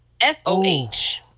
F-O-H